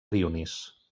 dionís